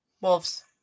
Wolves